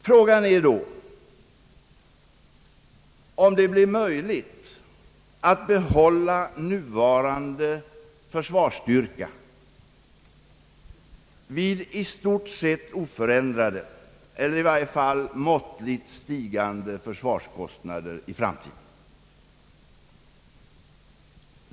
Frågan är då, om det blir möjligt att behålla nuvarande försvarsstyrka vid i stort sett oförändrade eller i varje fall måttligt stigande försvarskostnader i framtiden.